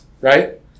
right